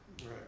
Right